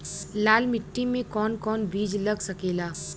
लाल मिट्टी में कौन कौन बीज लग सकेला?